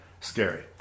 Scary